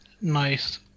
nice